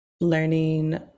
learning